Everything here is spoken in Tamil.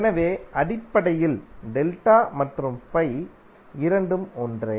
எனவே அடிப்படையில் டெல்டா மற்றும் பை இரண்டும் ஒன்றே